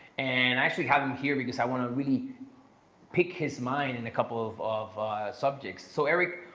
and i actually have him here because i wanna really pick his mind in a couple of of subjects. so, eric,